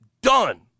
Done